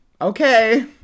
Okay